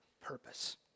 purpose